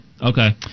Okay